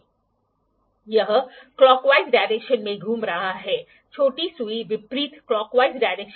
autocollimator का उपयोग सटीक एंगलों को मापने के लिए किया जाता है जो एक सपाट सतह पर होता है ठीक है